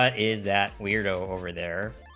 but is that we're over there